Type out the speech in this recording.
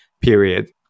period